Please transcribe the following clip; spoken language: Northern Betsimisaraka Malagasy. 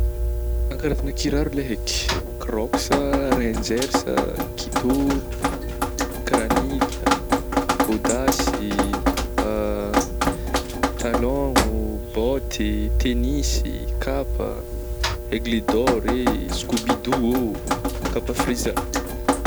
An karazagna kirary le haiky kroksa, renjersa, kitô, kiragnila, gôdasy talôgno, bôty, tenisy, kapa, aigle d'or eh, skobido ô, kapa frezà.